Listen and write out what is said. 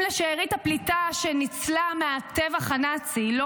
אם לשארית הפליטה שניצלה מהטבח הנאצי לא